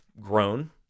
grown